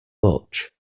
much